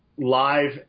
Live